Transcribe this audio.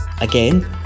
Again